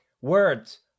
words